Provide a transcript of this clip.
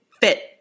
fit